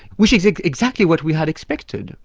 which is ah exactly what we had expected.